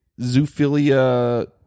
zoophilia